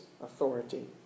authority